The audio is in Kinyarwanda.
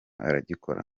aragikora